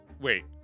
wait